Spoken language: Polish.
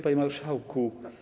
Panie Marszałku!